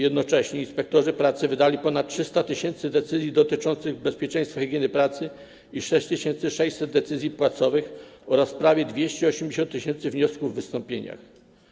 Jednocześnie inspektorzy pracy wydali ponad 300 tys. decyzji dotyczących bezpieczeństwa i higieny pracy i 6600 decyzji płacowych oraz prawie 280 tys. wniosków w wystąpieniach.